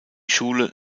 schule